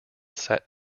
sat